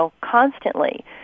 constantly